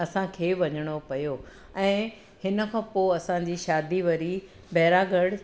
असांखे वञिणो पियो ऐं हिनखां पोइ असांजी शादी वरी बैरागढ़